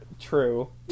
true